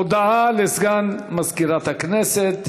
הודעה לסגן מזכירת הכנסת.